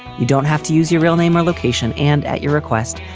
you don't have to use your real name or location. and at your request,